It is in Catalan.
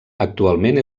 actualment